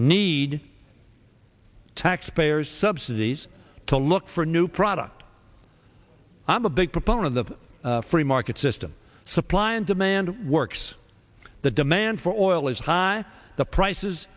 need taxpayer subsidies to look for new products i'm a big proponent of the free market system supply and demand works the demand for oil is high the prices